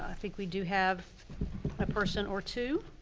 i think we do have a person or two.